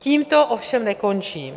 Tím to ovšem nekončí.